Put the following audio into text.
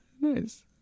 nice